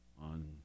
on